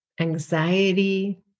anxiety